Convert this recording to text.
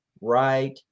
right